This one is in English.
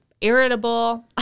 irritable